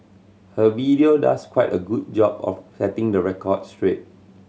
her video does quite a good job of setting the record straight